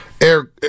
Eric